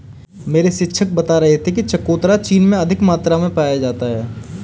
मेरे शिक्षक बता रहे थे कि चकोतरा चीन में अधिक मात्रा में पाया जाता है